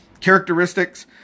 Characteristics